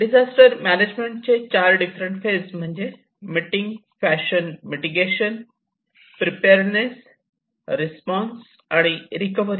disaster management चे चार different phase म्हणजे meeting fashion mitigation preparedness response आणि रिकवरी